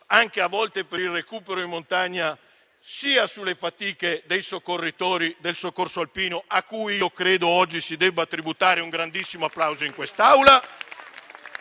poi gravano, per il recupero in montagna, sia sulle fatiche dei soccorritori del soccorso alpino - a cui credo oggi si debba tributare un grandissimo applauso in quest'Aula